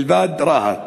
מלבד ברהט.